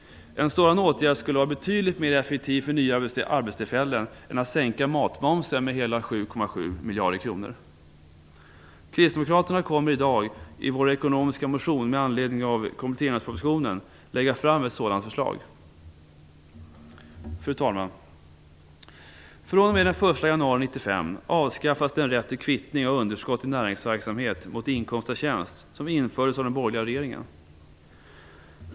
En sådan åtgärd skulle vara betydligt mer effektiv för nya arbetstillfällen än att sänka matmomsen med hela 7,7 miljarder kronor. Kristdemokraterna kommer i dag, i vår ekonomiska motion med anledning av kompletteringspropositionen, att lägga fram ett sådant förslag. Fru talman! fr.o.m. den 1 januari 1995 avskaffades den rätt till kvittning av underskott i näringsverksamhet mot inkomst av tjänst som infördes av den borgerliga regeringen.